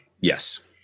yes